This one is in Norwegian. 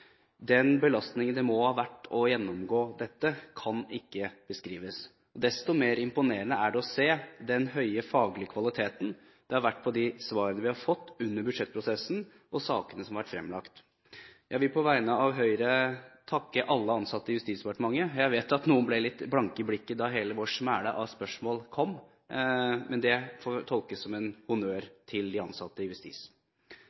Den belastningen det må ha vært å gjennomgå dette, kan ikke beskrives. Desto mer imponerende er det å se den høye faglige kvaliteten det har vært på de svarene vi har fått under budsjettprosessen, og i sakene som har vært fremlagt. Jeg vil på vegne av Høyre takke alle ansatte i Justisdepartementet. Jeg vet at noen ble litt blanke i blikket da hele vår «smæle» med spørsmål kom, men det får tolkes som en